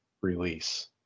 release